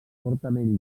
fortament